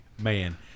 man